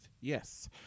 Yes